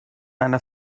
einer